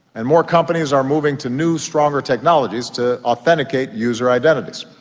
and more companies are moving to new stronger technologies to authenticate user identities,